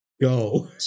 go